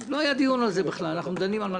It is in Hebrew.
נצביע ונבקש